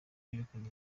irerekana